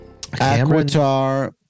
Aquitar